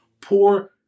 poor